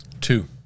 Two